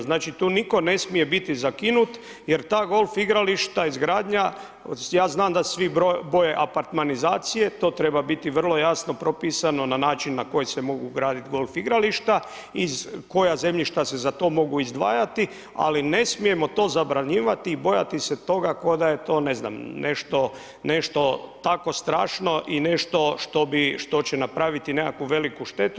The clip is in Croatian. Znači, tu nitko ne smije biti zakinut jer ta golf igrališta izgradnja, ja znam da se svi apartmanizacije, to treba biti vrlo jasno propisano na način na koji se mogu graditi golf igrališta iz koja zemljišta se za to mogu izdvajati, ali ne smijemo to zabranjivati i bojati se toga koda je to, ne znam, nešto tako strašno i nešto što će napraviti nekakvu veliku štetu.